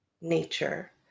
nature